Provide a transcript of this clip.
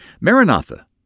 Maranatha